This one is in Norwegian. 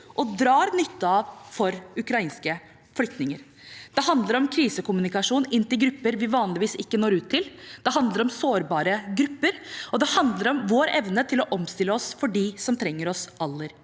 og drar – nytte av for ukrainske flyktninger. Det handler om krisekommunikasjon inn til grupper vi vanligvis ikke når ut til, det handler om sårbare grupper, og det handler om vår evne til å omstille oss for dem som trenger oss aller mest.